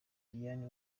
diane